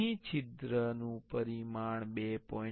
અહીં છિદ્રનું પરિમાણ 2